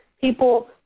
people